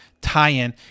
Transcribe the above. tie-in